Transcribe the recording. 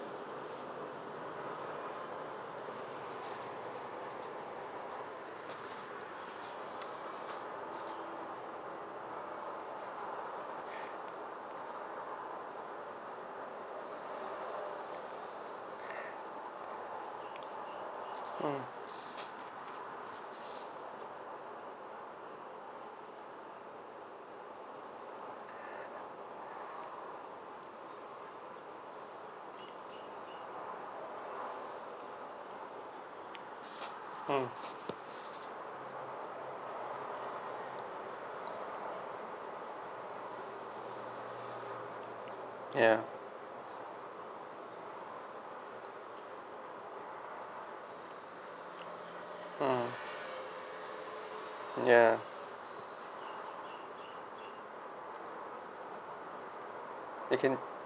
mm mm ya mm ya I can